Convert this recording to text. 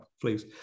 please